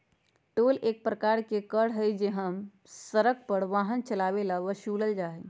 toll एक प्रकार के कर हई जो हम सड़क पर वाहन चलावे ला वसूलल जाहई